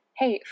hey